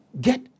get